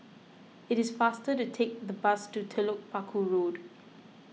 it is faster to take the bus to Telok Paku Road